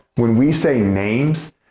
when we say names,